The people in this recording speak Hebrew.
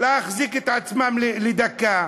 להחזיק את עצמם לדקה.